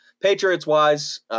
Patriots-wise